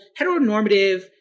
heteronormative